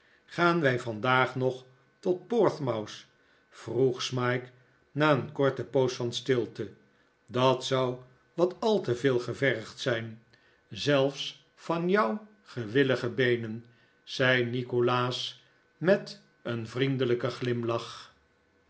gaan wij vandaag nog tot portsmouth vroeg smike na een korte poos van stilte dat zou wat al te veel gevergd zijn zelfs van jouw gewillige beenen zei nikolaas met een vriendelijken glimlach